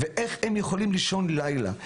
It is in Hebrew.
איך הם יכולים לישון לילה,